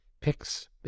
picks